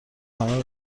همه